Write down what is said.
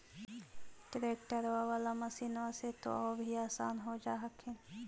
ट्रैक्टरबा बाला मसिन्मा से तो औ भी आसन हो जा हखिन?